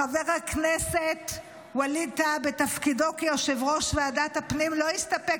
חבר הכנסת ווליד טאהא בתפקידו כיושב-ראש ועדת הפנים לא הסתפק